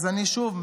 אז שוב,